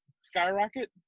skyrocket